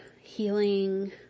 healing